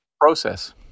Process